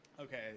Okay